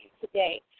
today